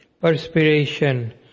perspiration